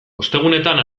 ostegunetan